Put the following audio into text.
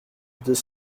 deux